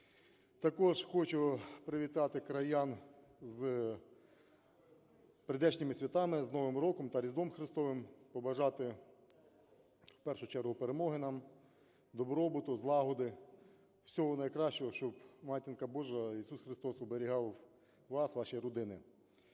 Також хочу привітати краян з прийдешніми святами, з Новим роком та Різдвом Христовим, побажати в першу чергу перемоги нам, добробуту, злагоди, всього найкращого, щоб Матінка Божа, Ісус Христос оберігав вас, ваші родини.